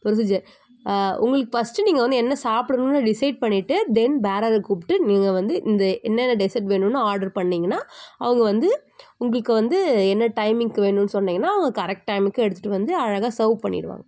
procedure உங்களுக்கு first நீங்கள் வந்து என்ன சாப்பிட்ணுன்னு டிசைட் பண்ணிட்டு தென் பேரர்ர கூப்பிட்டு நீங்கள் வந்து இந்த என்னென்ன டெஸர்ட் வேணும்னு ஆர்டர் பண்ணீங்கன்னா அவங்க வந்து உங்களுக்கு வந்து என்ன டைமிங்க்கு வேணும்னு சொன்னீங்கன்னா கரெக்ட் டைமுக்கு எடுத்துகிட்டு வந்து அழகாக சேர்வ் பண்ணிடுவாங்க